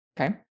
okay